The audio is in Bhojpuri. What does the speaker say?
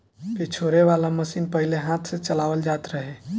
पछोरे वाला मशीन पहिले हाथ से चलावल जात रहे